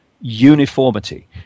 uniformity